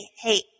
hey